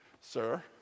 sir